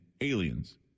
aliens